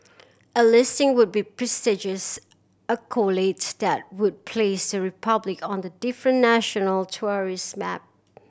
a listing would be a prestigious accolade that would place the Republic on a different national tourist map